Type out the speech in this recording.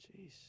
Jeez